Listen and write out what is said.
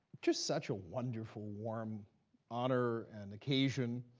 just such a wonderful, warm honor and occasion.